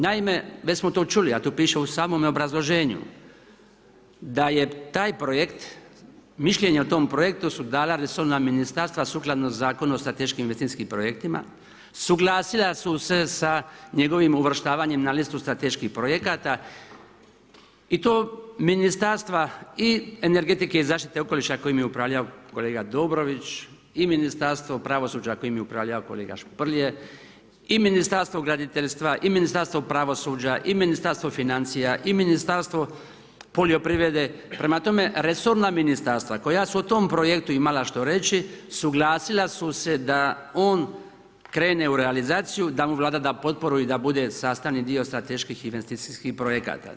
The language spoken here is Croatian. Naime, već smo to čuli, a to piše u samome obrazloženju, da je taj projekt, mišljenje o tom projektu su dala resorna ministarstva sukladno Zakonu o strateškim investicijskim projektima, suglasila su se sa njegovim uvrštavanjem na listu strateških projekata i to Ministarstva i energetike i zaštite okoliša kojim je upravljao kolega Dobrović i Ministarstvo pravosuđa kojim je upravljao kolega Šprlje i Ministarstvo graditeljstva i Ministarstvo pravosuđa i Ministarstvo financija i Ministarstvo poljoprivrede, prema tome, resorna ministarstva koja su o tom projektu imala što reći suglasila su se da on krene u realizaciju da mu Vlada da potporu i da bude sastavni dio strateških investicijskih projekata.